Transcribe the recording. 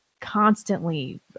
constantly